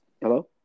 Hello